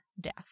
death